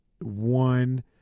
one